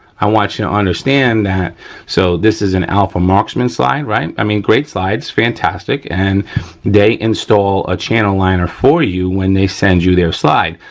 i want you to understand that so, this is an alpha marksman slide, right, i mean, great slide, fantastic. and they install a channel liner for you when they send you their slide.